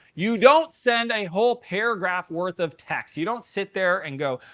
you don't send a whole paragraph worth of text. you don't sit there and go,